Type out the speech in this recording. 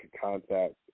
contact